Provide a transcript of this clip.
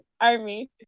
army